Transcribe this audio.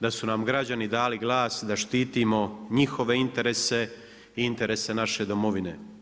da su nam građani dali glas da štitimo njihove interese i interese naše Domovine.